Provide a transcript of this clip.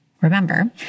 Remember